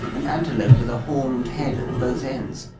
an antelope with a horned head at both ends,